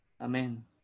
Amen